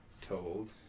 told